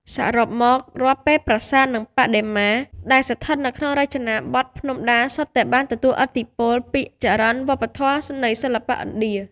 សរុបមក រាល់ប្រាសាទនិងបដិមា ដែលស្ថិតនៅក្នុងរចនាបថភ្នំដា សុទ្ធតែបាន ទទួលឥទ្ធិពលពីចរន្តវប្បធម៌នៃសិល្បៈឥណ្ឌា។